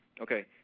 Okay